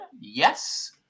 Yes